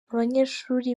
abanyeshuri